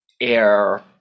air